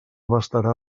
abastarà